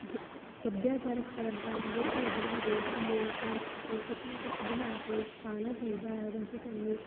ਸੱਭਿਆਚਾਰਕ ਪਰੰਪਰਾਵਾਂ ਦੇ ਭੋਜਨਾਂ ਦੇ ਸੁਮੇਲ ਕਰਕੇ ਕੁਛ ਨਾ ਕੁਛ ਬਣਾ ਕੇ ਖਾਣਾ ਚਾਹੀਦਾ ਹੈ ਤਾਂ ਕਿ ਸਾਨੂੰ